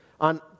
on